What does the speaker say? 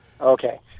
Okay